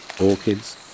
orchids